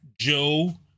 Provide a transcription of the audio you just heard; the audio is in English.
Joe